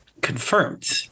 confirmed